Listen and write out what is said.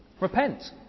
repent